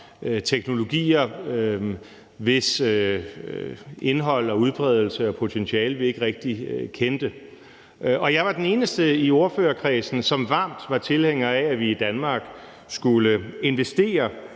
teknologier, hvis indhold og udbredelse og potentiale vi ikke rigtig kendte. Jeg var den eneste i ordførerkredsen, som varmt var tilhænger af, at vi i Danmark skulle investere